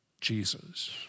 Jesus